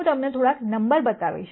હું તમને થોડાક નમ્બર્સ બતાવીશ